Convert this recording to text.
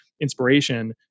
inspiration